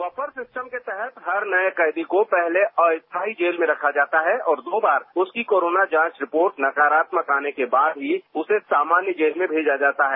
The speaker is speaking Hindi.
बफर सिस्टम के तहत हर नये कैदी को पहले अस्थायी जेल में रखा जाता है और दो बार उसकी कोरोना जांच रिपोर्ट नकारात्मक आने के बाद ही उसे सामान्य जेल में भेजा जाता है